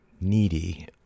needy